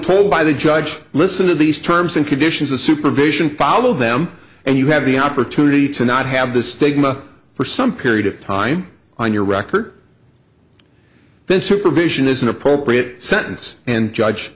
told by the judge listen to these terms and conditions of supervision follow them and you have the opportunity to not have the stigma for some period of time on your record then supervision is an appropriate sentence and judge